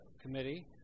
committee